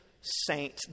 saint